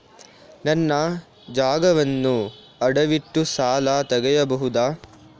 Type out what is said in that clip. ನನ್ನ ಜಾಗವನ್ನು ಅಡವಿಟ್ಟು ಸಾಲ ತೆಗೆಯಬಹುದ?